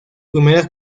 primeras